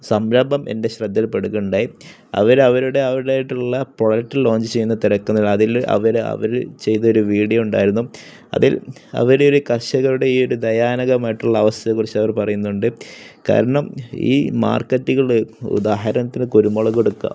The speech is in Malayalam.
സംരംഭം എൻ്റെ ശ്രദ്ധയിൽ പെടുകയുണ്ടായി അവർ അവരുടെ അവരുടേതായിട്ടുള്ള പ്രൊഡക്റ്റ് ലോഞ്ച് ചെയ്യുന്ന തിരക്കുന്നതിൽ അതിൽ അവർ അവർ ചെയ്ത് ഒരു വീഡിയോ ഉണ്ടായിരുന്നു അതിൽ അവർ കർഷകരുടെ ഈ ഒരു ദയാനകമായിട്ടുള്ള അവസ്ഥയെക്കുറിച്ച് അവർ പറയുന്നുണ്ട് കാരണം ഈ മാർക്കറ്റുകൾ ഉദാഹരണത്തിന് കുരുമുളക് എടുക്കുക